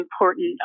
important